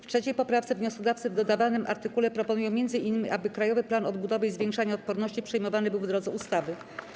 W 3. poprawce wnioskodawcy w dodawanym artykule proponują m.in., aby Krajowy Plan Odbudowy i Zwiększania Odporności przyjmowany był w drodze ustawy.